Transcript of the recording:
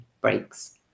breaks